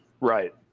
Right